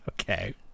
Okay